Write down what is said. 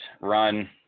run